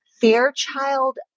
Fairchild